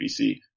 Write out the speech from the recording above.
BC